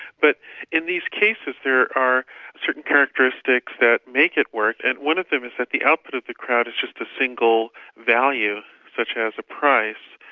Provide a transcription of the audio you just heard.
but in these cases there are certain characteristics that make it work, and one of them is that the output of the crowd is just a single value such as a price.